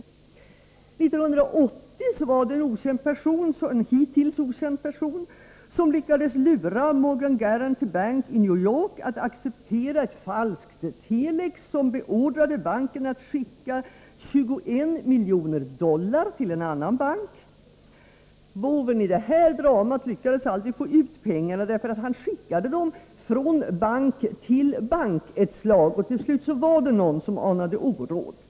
År 1980 var det en hittills okänd person som lyckades lura Morgen Guaranty Bank i New York att acceptera ett falskt telex som beordrade banken att skicka 21 miljoner dollar till en annan bank. Boven i det här dramat lyckades aldrig få ut pengarna, därför att han skickade dem från bank till bank ett slag, och till slut var det någon som anade oråd.